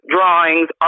Drawings